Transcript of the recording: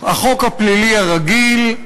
החוק הפלילי הרגיל.